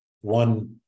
one